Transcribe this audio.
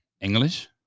english